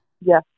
Yes